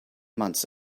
months